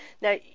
Now